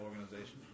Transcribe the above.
organization